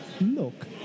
look